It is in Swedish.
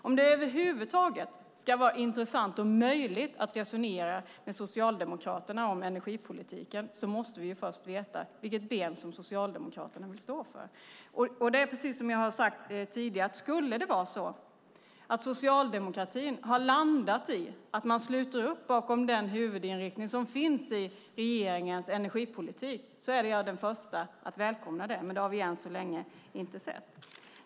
Om det över huvud taget ska vara intressant och möjligt att resonera med Socialdemokraterna om energipolitiken måste vi först veta vilket ben som Socialdemokraterna står på. Som jag har sagt tidigare: Skulle det vara så att socialdemokratin har landat i att man sluter upp bakom den huvudinriktning som finns i regeringens energipolitik är jag den första att välkomna det. Men det har vi än så länge inte sett.